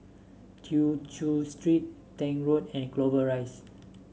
Tew Chew Street Tank Road and Clover Rise